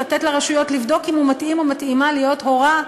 לתת לרשויות לבדוק אם הוא מתאים או מתאימה להיות הורָה,